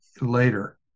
later